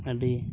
ᱟᱹᱰᱤ